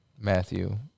Matthew